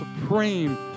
supreme